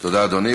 תודה, אדוני.